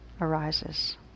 arises